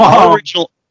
original